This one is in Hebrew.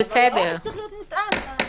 אבל העונש צריך להיות מותאם ליכולת.